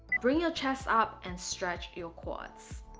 bring your chest up and stretch your quads